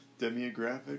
demographic